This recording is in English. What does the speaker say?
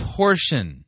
portion